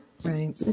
Right